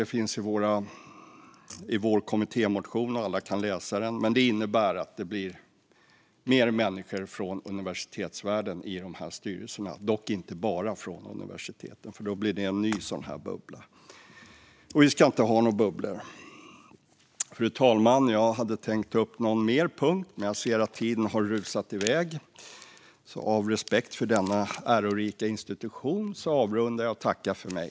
Det finns i vår kommittémotion, och alla kan läsa den. Det innebär att det blir fler människor från universitetsvärlden i styrelserna. De ska dock inte bara vara från universiteten. Då blir det en ny bubbla, och vi ska inte ha några bubblor. Fru talman! Jag hade tänkt ta upp någon mer punkt, men jag ser att tiden har rusat iväg. Av respekt för denna ärorika institution avrundar jag och tackar för mig.